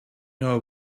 know